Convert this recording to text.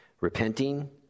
Repenting